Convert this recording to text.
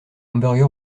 hamburger